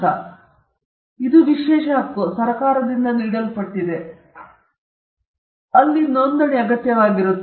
ಮತ್ತೆ ಇದು ವಿಶೇಷ ಹಕ್ಕು ಇದು ಸರಕಾರದಿಂದ ನೀಡಲ್ಪಟ್ಟಿದೆ ಅಂದರೆ ಅದು ನೋಂದಣಿ ಒಳಗೊಂಡಿರುತ್ತದೆ